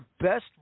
best